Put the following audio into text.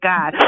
God